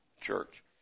Church